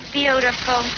beautiful